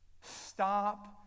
Stop